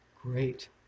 great